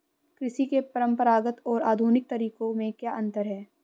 कृषि के परंपरागत और आधुनिक तरीकों में क्या अंतर है?